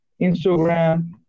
Instagram